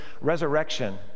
resurrection